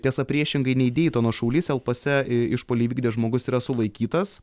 tiesa priešingai nei deitono šaulys el pase išpuolį įvykdęs žmogus yra sulaikytas